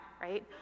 right